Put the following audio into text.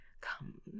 Come